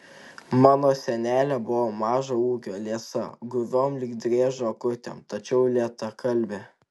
mano senelė buvo mažo ūgio liesa guviom lyg driežo akutėm tačiau lėtakalbė